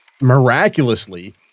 miraculously